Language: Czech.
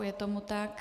Je tomu tak.